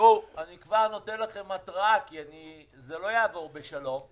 אני כבר נותן לכם התרעה כי זה לא יעבור בשלום,